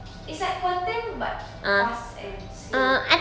it's like contemp~ but fast and sync